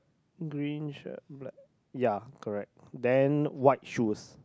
green shirt black ya correct then white shoes